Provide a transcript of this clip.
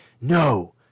No